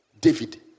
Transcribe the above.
David